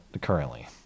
currently